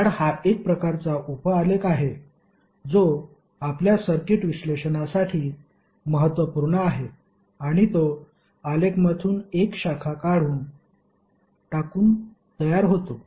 झाड हा एक प्रकारचा उप आलेख आहे जो आपल्या सर्किट विश्लेषणासाठी महत्त्वपूर्ण आहे आणि तो आलेखमधून एक शाखा काढून टाकून तयार होतो